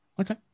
Okay